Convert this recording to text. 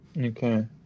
Okay